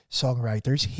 songwriters